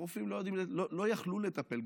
הרופאים לא יכלו לטפל,